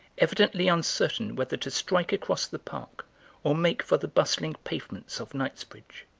evidently uncertain whether to strike across the park or make for the bustling pavements of knightsbridge.